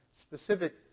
specific